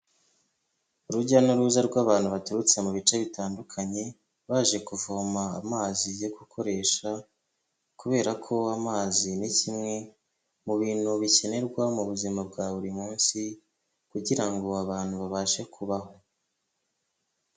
Urujya n'uruza rw'abantu baturutse mu bice bitandukanye, baje kuvoma amazi yo gukoresha, kubera ko amazi ni kimwe mu bintu bikenerwa mu buzima bwa buri munsi, kugira ngo abantu babashe kubaho.